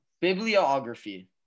bibliography